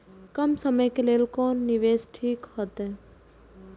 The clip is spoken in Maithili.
कम समय के लेल कोन निवेश ठीक होते?